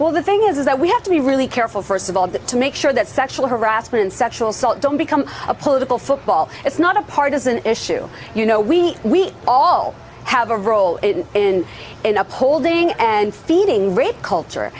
well the thing is is that we have to be really careful first of all that to make sure that sexual harassment and sexual assault don't become a political football it's not a partisan issue you know we we all have a role in upholding and feeding rape culture